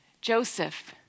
Joseph